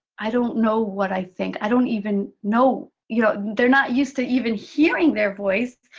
i don't know what i think. i don't even know. you know they're not used to even hearing their voice,